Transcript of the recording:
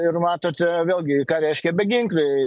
ir matot vėlgi ką reiškia beginkliai